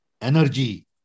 energy